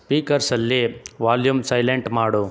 ಸ್ಪೀಕರ್ಸಲ್ಲಿ volume silent ಮಾಡು